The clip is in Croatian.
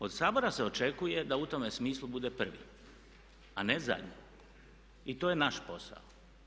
Od Sabora se očekuje da u tome smislu bude prvi a ne zadnji i to je naš posao.